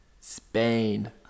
Spain